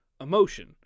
emotion